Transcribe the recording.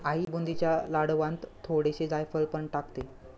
आई बुंदीच्या लाडवांत थोडेसे जायफळ पण टाकते